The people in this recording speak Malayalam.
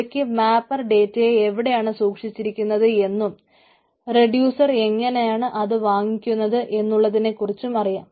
അവയക്ക് മാപ്പർ ഡേറ്റയെ എവിടെയാണ് സൂക്ഷിച്ചിരിക്കുന്നത് എന്നും റെഡിയൂസർ എങ്ങനെയാണ് അത് വാങ്ങിക്കുന്നത് എന്നുള്ളതിനെ കുറച്ചും അറിയാം